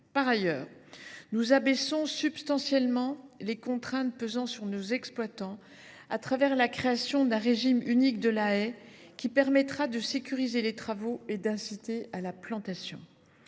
Par ailleurs, nous abaissons substantiellement les contraintes pesant sur nos exploitants au travers de la création d’un régime unique de la haie, qui permettra de sécuriser les travaux et d’inciter à la plantation.